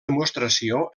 demostració